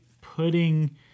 putting